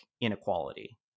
inequality